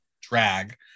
drag